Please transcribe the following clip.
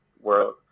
world